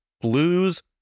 Blues